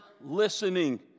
listening